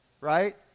right